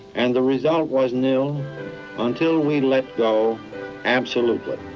and the result was nil until we let go absolutely.